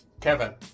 Kevin